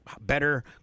better